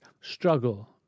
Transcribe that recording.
struggle